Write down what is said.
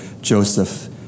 Joseph